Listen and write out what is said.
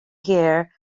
here